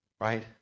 right